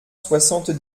soixante